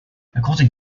according